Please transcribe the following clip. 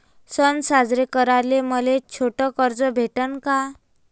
सन साजरे कराले मले छोट कर्ज भेटन का?